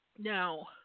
Now